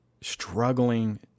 struggling